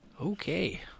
Okay